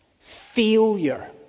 Failure